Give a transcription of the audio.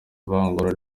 ivangura